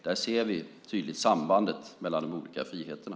Där ser vi tydligt sambandet mellan de olika friheterna.